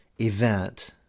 event